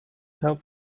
help